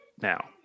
now